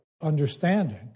understanding